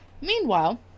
Meanwhile